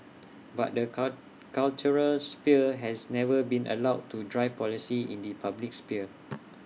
but the cut cultural sphere has never been allowed to drive policy in the public sphere